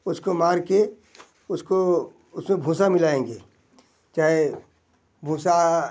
उसको मार के उसको उसमें भूसा मिलाएंगे चाहे भूसा